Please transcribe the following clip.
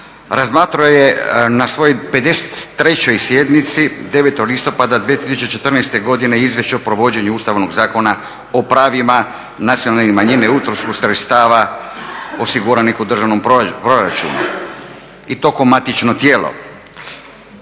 razmatrao je na svojoj 53.sjednici 9.listopada 2014.izvješće o provođenju Ustavnog zakona o pravima nacionalne manjine, utrošku sredstava osiguranih u državnom proračunu i to ko matično tijelo.